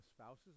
spouses